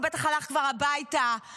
הוא בטח כבר הלך הביתה,